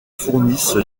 fournissent